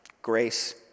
grace